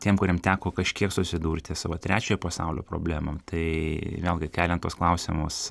tiem kuriem teko kažkiek susidurti su va trečiojo pasaulio problemom tai vėlgi keliant tuos klausimus